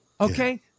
okay